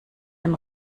dem